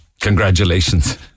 Congratulations